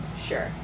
sure